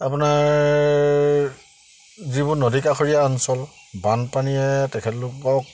আপোনাৰ যিবোৰ নদী কাষৰীয়া অঞ্চল বানপানীয়ে তেখেতলোকক